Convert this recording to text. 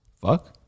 fuck